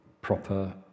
proper